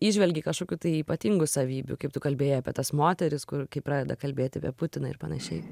įžvelgei kažkokių tai ypatingų savybių kaip tu kalbėjai apie tas moteris kur kai pradeda kalbėti apie putiną ir panašiai